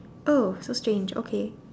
oh so strange okay